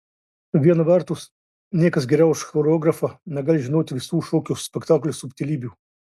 viena vertus niekas geriau už choreografą negali žinoti visų šokio spektaklio subtilybių